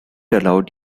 allowed